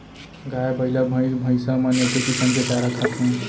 गाय, बइला, भईंस भईंसा मन एके किसम के चारा खाथें